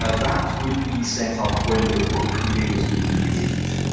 ah that would be set up when the report query was being created.